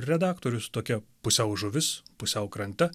redaktorius tokia pusiau žuvis pusiau krante